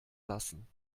lassen